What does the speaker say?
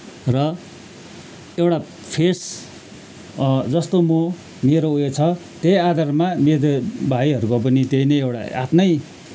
र एउटा फेस जस्तो म मेरो ऊ यो छ त्यही आधारमा मेरो भाइहरू को पनि त्यही नै एउटा आफ्नै